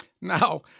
Now